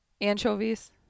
Anchovies